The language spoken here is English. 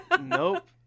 Nope